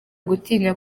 gutinya